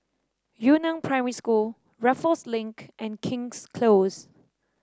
Yu Neng Primary School Raffles Link and King's Close